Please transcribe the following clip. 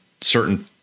certain